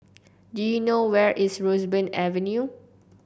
do you know where is Roseburn Avenue